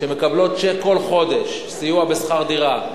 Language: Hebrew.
שמקבלות צ'ק כל חודש סיוע בשכר דירה,